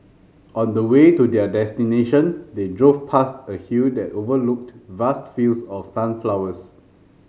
on the way to their destination they drove past a hill that overlooked vast fields of sunflowers